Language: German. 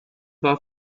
war